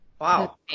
Wow